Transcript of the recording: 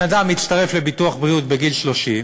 בן-אדם הצטרף לביטוח בריאות בגיל 30,